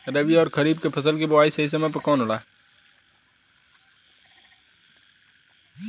रबी अउर खरीफ के फसल के बोआई के सही समय कवन होला?